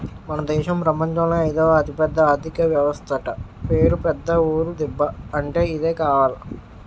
మన దేశం ప్రపంచంలోనే అయిదవ అతిపెద్ద ఆర్థిక వ్యవస్థట పేరు పెద్ద ఊరు దిబ్బ అంటే ఇదే కావాల